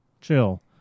chill